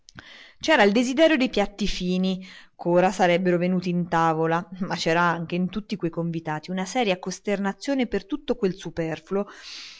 c'era il desiderio dei piatti fini ch'ora sarebbero venuti in tavola ma c'era anche in tutti quei convitati una seria costernazione per tutto quel superfluo